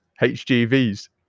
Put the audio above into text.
HGVs